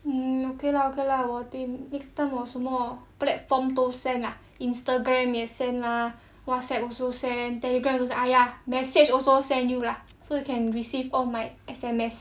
um okay lah okay lah 我 think next time 我什么 platform 都 send lah Instagram 也 send lah Whatsapp also send !aiya! message also send you lah so you can receive all my S_M_S